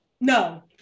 No